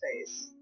face